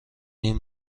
این